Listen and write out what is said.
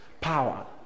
power